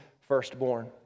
firstborn